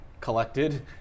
collected